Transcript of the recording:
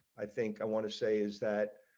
i think i want to say is that